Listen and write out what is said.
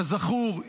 כזכור,